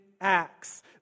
Acts